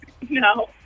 No